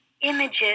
images